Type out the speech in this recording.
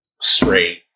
straight